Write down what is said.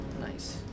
Nice